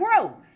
grow